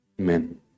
Amen